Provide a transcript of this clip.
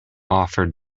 offered